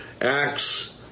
Acts